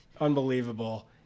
Unbelievable